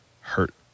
hurt